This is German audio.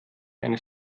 eines